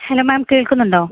hello ma'am കേൾക്കുന്നുണ്ടോ